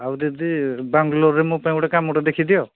ଆଉ ଦିଦି ବାଙ୍ଗଲୋରରେ ମୋ ପାଇଁ ଗୋଟେ କାମଟେ ଦେଖିଦିଅ